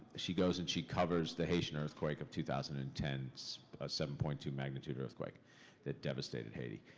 she goes and she covers the haitian earthquake of two thousand and ten. it's a seven point two magnitude earthquake that devastated haiti.